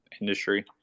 Industry